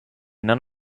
none